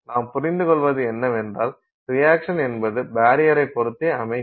நாம் புரிந்துகொள்வது என்னவென்றால் ரியாக்சன் என்பது பரியரைப் பொறுத்தே அமைகிறது